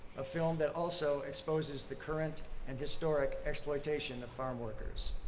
a film that also exposes the current and historic exploitation of farmworkers.